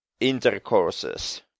intercourses